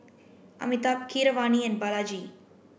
Amitabh Keeravani and Balaji